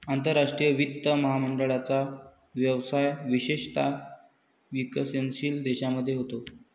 आंतरराष्ट्रीय वित्त महामंडळाचा व्यवसाय विशेषतः विकसनशील देशांमध्ये होतो